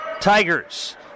Tigers